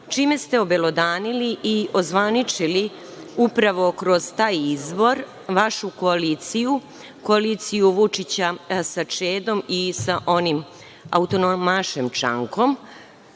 čime ste obelodanili i ozvaničili upravo kroz taj izvor vašu koaliciju, koaliciju Vučića sa Čedom i sa onim autonomašem Čankom. Znači